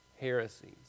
heresies